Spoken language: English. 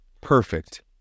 perfect